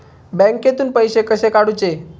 बँकेतून पैसे कसे काढूचे?